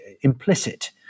implicit